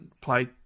play